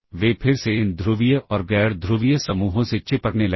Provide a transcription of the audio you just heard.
इस वजह से जो अगला इंस्ट्रक्शन प्रोसेसर एग्जीक्यूट करेगा वह 4000 hex से होगा